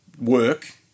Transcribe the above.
work